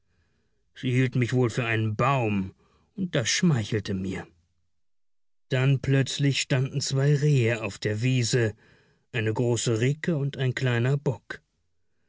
sie hielt mich wohl für einen baum und das schmeichelte mir dann plötzlich standen zwei rehe auf der wiese eine große ricke und ein kleiner bock